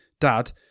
Dad